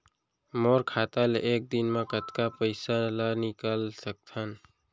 मोर खाता ले एक दिन म कतका पइसा ल निकल सकथन?